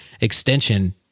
extension